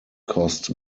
cost